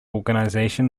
organization